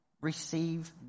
receive